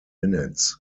minutes